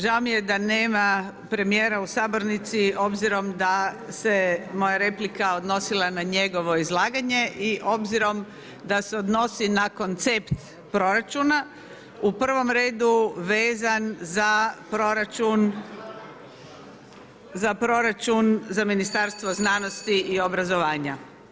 Žao mi je da nema premijera u sabornici obzirom da se moja replika odnosila na njegovo izlaganje i obzirom da se odnosi na koncept proračuna u prvom redu vezan za proračun, za Ministarstvo znanosti i obrazovanja.